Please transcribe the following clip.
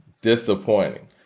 Disappointing